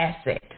asset